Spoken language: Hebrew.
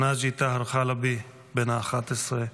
נאג'י טאהר אל-חלבי, בן 11,